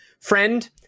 friend